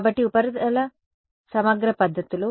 కాబట్టి ఉపరితల సమగ్ర పద్ధతులు